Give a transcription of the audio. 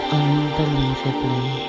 unbelievably